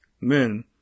men